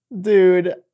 Dude